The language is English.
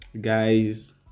guys